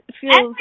feels